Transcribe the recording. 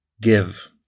give